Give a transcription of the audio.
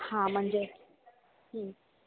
हां म्हणजे